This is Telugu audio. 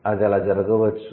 అది అలా జరగవచ్చు